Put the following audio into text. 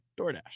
DoorDash